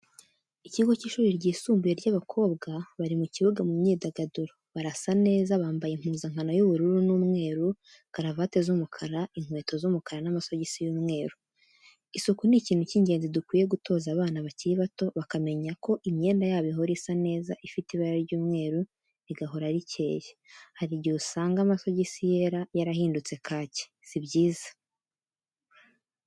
Ikigo cy'ishuri ryisumbuye ry'abakobwa, bari mu kibuga mu myidagaduro, barasa neza bambaye impuzankano y'ubururu n'umweru, karavate z'umukara, inkweto z'umukara n'amasogisi y'umweru. Isuku ni ikintu cy'ingenzi dukwiye gutoza abana bakiri bato bakamenya ko imyenda yabo ihora isa neza ifite ibara ry'umweru rigahora rikeye, hari igihe usanga amasogisi yera yarahindutse kaki si byiza.